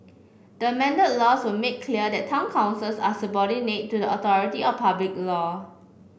the amended laws will make clear that town councils are subordinate to the authority of public law